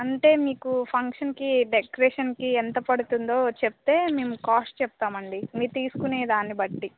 అంటే మీకు ఫంక్షన్కి డెకరేషన్కి ఎంత పడుతుందో చెప్తే మేము కాస్ట్ చెప్తామండి మీరు తీసుకునే దాన్ని బట్టి